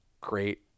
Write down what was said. great